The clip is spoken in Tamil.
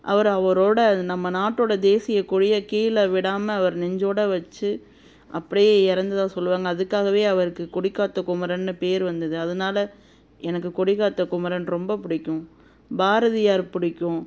அவரு அவரோடய நம்ம நாட்டோட தேசிய கொடியை கீழே விடாமல் அவர் நெஞ்சோட வச்சு அப்படியே இறந்ததா சொல்லுவாங்க அதுக்காகவே அவருக்கு கொடி காத்த குமரன்னு பேரு வந்தது அதனால எனக்கு கொடி காத்த குமரன் ரொம்ப பிடிக்கும் பாரதியார் பிடிக்கும்